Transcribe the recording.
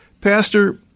Pastor